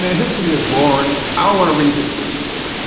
yeah history is boring. i don't want to read history.